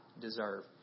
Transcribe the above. deserve